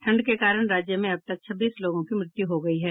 ठंड के कारण राज्य में अब तक छब्बीस लोगों की मृत्यु हो गयी है